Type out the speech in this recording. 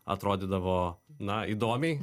atrodydavo na įdomiai